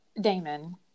Damon